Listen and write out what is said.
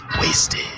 Wasted